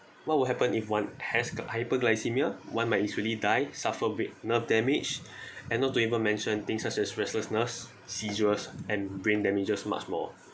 what will happen if one has hyperglycemia one might usually die suffered bit nerve damage and not to even mention things such as restlessness seizures and brain damages much more